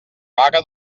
vaga